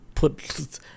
put